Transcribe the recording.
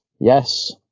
Yes